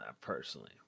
personally